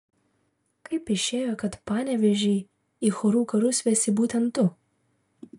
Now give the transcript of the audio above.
kaip išėjo kad panevėžį į chorų karus vesi būtent tu